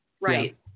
right